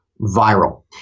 viral